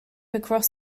across